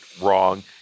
wrong